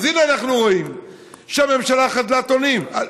אז, הינה, אנחנו רואים שהממשלה חדלת אונים.